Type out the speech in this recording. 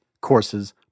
Courses